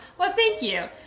well thank you.